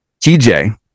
TJ